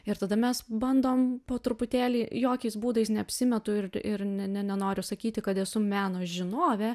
ir tada mes bandom po truputėlį jokiais būdais neapsimetu ir ir ne ne nenoriu sakyti kad esu meno žinovė